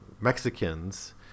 Mexicans